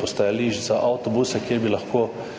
postajališč za avtobuse, kjer bi lahko